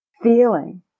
feeling